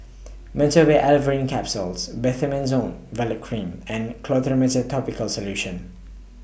Meteospasmyl Alverine Capsules Betamethasone Valerate Cream and Clotrimozole Topical Solution